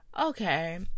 Okay